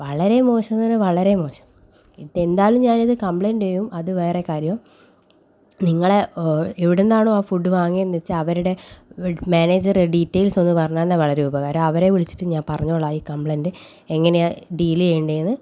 വളരെ മോശം എന്ന് പറഞ്ഞാൽ വളരെ മോശം ഇത് എന്തായാലും ഞാൻ ഇത് കംപ്ലയിൻറ്റ് ചെയ്യും അത് വേറെ കാര്യം നിങ്ങള എവിടുന്നാണോ ആ ഫുഡ് വാങ്ങിയതെന്ന് വെച്ചാൽ അവരുടെ മാനേജറെ ഡീറ്റെയിൽസ് ഒന്ന് പറഞ്ഞ് തന്നാൽ വളരെ ഉപകാരം അവരെ വിളിച്ചിട്ട് ഞാൻ പറഞ്ഞോളാം ഈ കംപ്ലയിൻറ്റ് എങ്ങനെയാണ് ഡീൽ ചെയ്യേണ്ടേ എന്ന്